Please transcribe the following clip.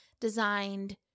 designed